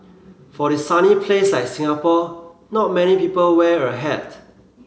for a sunny place like Singapore not many people wear a hat